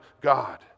God